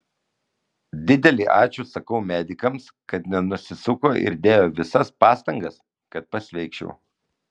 didelį ačiū sakau medikams kad nenusisuko ir dėjo visas pastangas kad pasveikčiau